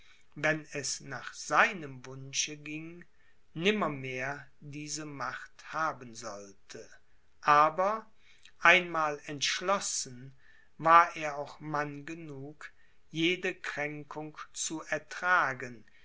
wenn es nach seinem wunsche ging nimmermehr diese macht haben sollte aber einmal entschlossen war er auch mann genug jede kränkung zu ertragen